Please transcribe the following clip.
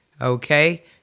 okay